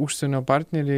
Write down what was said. užsienio partneriai